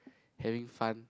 having fun